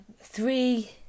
Three